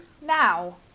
now